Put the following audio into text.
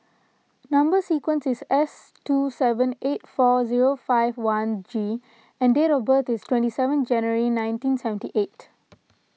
Number Sequence is S two seven eight four zero five one G and date of birth is twenty seven January nineteen seventy eight